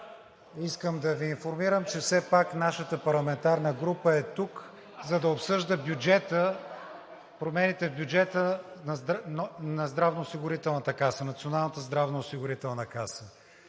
искам да Ви информирам, че все пак нашата парламентарна група е тук, за да обсъжда бюджета – промените в бюджета на Националната здравноосигурителна каса.